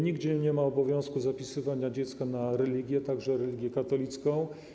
Nigdzie nie ma obowiązku zapisywania dziecka na religię, także religię katolicką.